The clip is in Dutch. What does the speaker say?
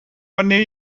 wanneer